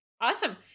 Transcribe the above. Awesome